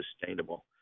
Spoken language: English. sustainable